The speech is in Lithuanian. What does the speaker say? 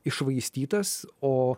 iššvaistytas o